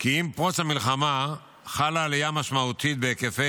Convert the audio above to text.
כי עם פרוץ המלחמה חלה עלייה משמעותית בהיקפי